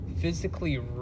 physically